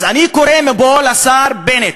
אז אני קורא מפה לשר בנט